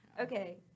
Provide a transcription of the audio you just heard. Okay